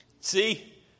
See